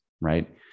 right